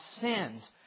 sins